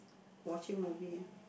watching movie ah